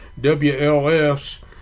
WLS